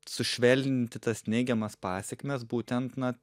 sušvelninti tas neigiamas pasekmes būtent na